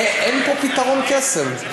אין פה פתרון קסם.